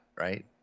right